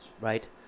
right